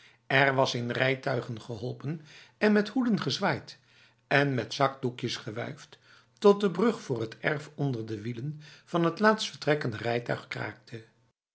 er was in rijtuigen geholpen en met hoeden gezwaaid en met zakdoekjes gewuifd tot de brug voor het erf onder de wielen van het laatst vertrekkende rijtuig kraakte